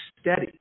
steady